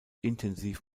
intensiv